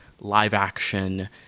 live-action